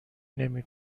نمی